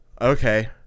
okay